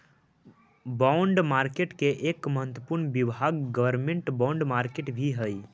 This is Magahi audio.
बॉन्ड मार्केट के एक महत्वपूर्ण विभाग गवर्नमेंट बॉन्ड मार्केट भी हइ